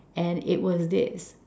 and it was this